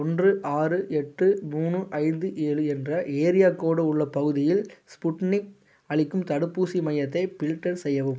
ஒன்று ஆறு எட்டு மூணு ஐந்து ஏழு என்ற ஏரியா கோடு உள்ள பகுதியில் ஸ்புட்னிக் அளிக்கும் தடுப்பூசி மையத்தை பில்டர் செய்யவும்